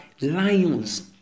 lions